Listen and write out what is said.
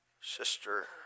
Sister